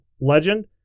legend